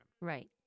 Right